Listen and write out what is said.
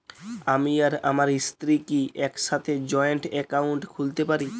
আমি আর আমার স্ত্রী কি একসাথে জয়েন্ট অ্যাকাউন্ট খুলতে পারি?